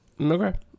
Okay